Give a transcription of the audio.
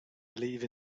believe